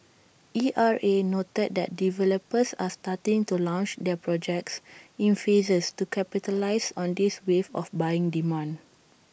E R A noted that developers are starting to launch their projects in phases to capitalise on this wave of buying demand